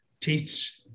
teach